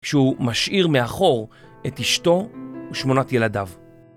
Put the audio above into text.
כשהוא משאיר מאחור את אשתו ושמונות ילדיו.